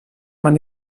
man